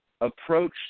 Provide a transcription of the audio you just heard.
approach